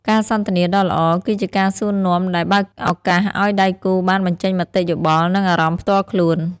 ការសន្ទនាដ៏ល្អ គឺជាការសួរនាំដែលបើកឱកាសឱ្យដៃគូបានបញ្ចេញមតិយោបល់ និងអារម្មណ៍ផ្ទាល់ខ្លួន។